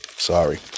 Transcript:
Sorry